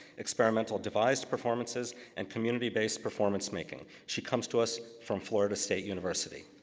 experimental devised performances, and community-based performance-making. she comes to us from florida state university.